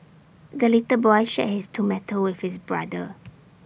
the little boy shared his tomato with his brother